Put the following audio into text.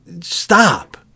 Stop